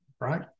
right